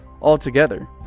altogether